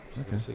Okay